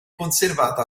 conservata